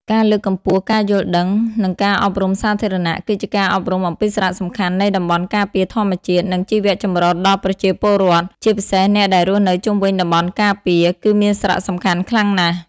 ការលើកកម្ពស់ការយល់ដឹង និងការអប់រំសាធារណៈ គឺជាការអប់រំអំពីសារៈសំខាន់នៃតំបន់ការពារធម្មជាតិ និងជីវៈចម្រុះដល់ប្រជាពលរដ្ឋ ជាពិសេសអ្នកដែលរស់នៅជុំវិញតំបន់ការពារ គឺមានសារៈសំខាន់ខ្លាំងណាស់។